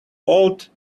old